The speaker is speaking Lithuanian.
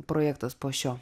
projektas po šio